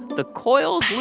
the coils